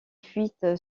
fuite